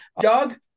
doug